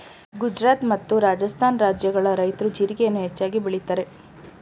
ಗುಜರಾತ್ ಮತ್ತು ರಾಜಸ್ಥಾನ ರಾಜ್ಯಗಳ ರೈತ್ರು ಜೀರಿಗೆಯನ್ನು ಹೆಚ್ಚಾಗಿ ಬೆಳಿತರೆ